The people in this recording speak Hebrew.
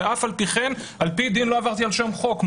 ואף על פי כן על-פי דין לא עברתי על שום חוק.